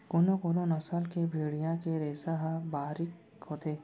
कोनो कोनो नसल के भेड़िया के रेसा ह बारीक होथे